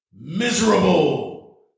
miserable